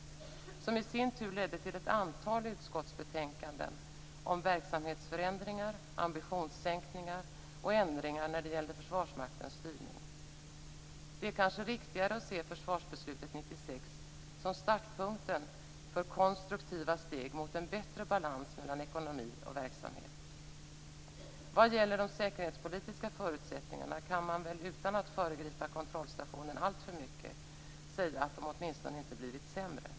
De ledde i sin tur till ett antal utskottsbetänkanden om verksamhetsförändringar, ambitionssänkningar och ändringar när det gällde Försvarsmaktens styrning. Det är kanske riktigare att se försvarsbeslutet 1996 som startpunkten för konstruktiva steg mot en bättre balans mellan ekonomi och verksamhet. Vad gäller de säkerhetspolitiska förutsättningar kan man väl, utan att föregripa kontrollstationen alltför mycket, säga att de åtminstone inte blivit sämre.